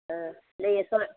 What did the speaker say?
ஆ இல்லை எப்போது